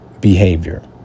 behavior